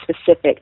specific